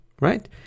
right